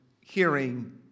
hearing